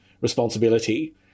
responsibility